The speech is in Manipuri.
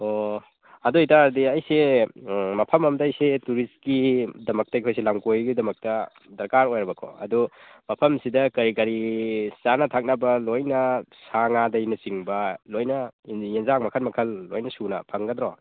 ꯑꯣ ꯑꯗꯨ ꯑꯣꯏꯇꯔꯗꯤ ꯑꯩꯁꯦ ꯎꯝ ꯃꯐꯝ ꯑꯃꯗ ꯑꯩꯁꯦ ꯇꯨꯔꯤꯁꯀꯤꯗꯃꯛꯇ ꯑꯩꯈꯣꯏꯁꯦ ꯂꯝ ꯀꯣꯏꯕꯩꯗꯃꯛꯇ ꯗꯔꯀꯥꯔ ꯑꯣꯏꯔꯕꯀꯣ ꯑꯗꯨ ꯃꯐꯝꯁꯤꯗ ꯀꯔꯤ ꯀꯔꯤ ꯆꯥꯅ ꯊꯛꯅꯕ ꯂꯣꯏꯅ ꯁꯥ ꯉꯥꯗꯩꯅ ꯆꯤꯡꯕ ꯂꯣꯏꯅ ꯑꯦꯟꯁꯥꯡ ꯃꯈꯜ ꯃꯈꯜ ꯂꯣꯏꯅ ꯁꯨꯅ ꯐꯪꯒꯗ꯭ꯔꯣ